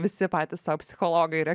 visi patys sau psichologai ir